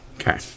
Okay